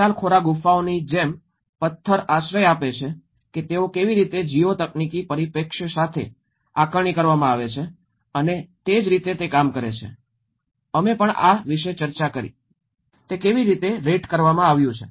પિતાલખોરા ગુફાઓની જેમ પથ્થર આશ્રય આપે છે કે તેઓ કેવી રીતે જીઓ તકનીકી પરિપ્રેક્ષ્ય સાથે આકારણી કરવામાં આવે છે અને તે જ રીતે તે કામ કરે છે અમે પણ આ વિશે ચર્ચા કરી તે કેવી રીતે રેટ કરવામાં આવ્યું છે